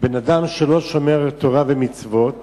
בין אדם שלא שומר תורה ומצוות